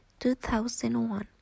2001